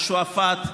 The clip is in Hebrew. שועפאט,